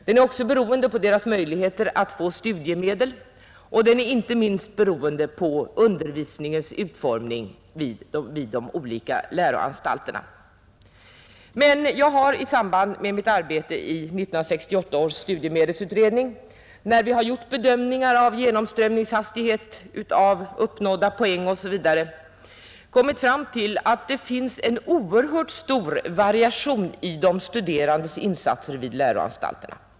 Den är också beroende på de studerandes möjligheter att få studiemedel, och den är inte minst beroende på undervisningens utformning vid de olika läroanstalterna. Jag har i samband med mitt arbete i 1968 års studiemedelsutredning, där vi har gjort bedömningar av genomströmningshastighet, av uppnådda poäng osv., erfarit att det finns en oerhört stor variation i de studerandes insatser vid läroanstalterna.